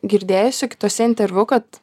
girdėjusi kituose interviu kad